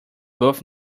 both